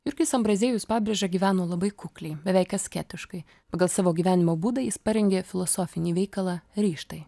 jurgis ambraziejus pabrėža gyveno labai kukliai beveik asketiškai pagal savo gyvenimo būdą jis parengė filosofinį veikalą ryžtai